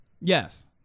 Yes